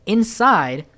Inside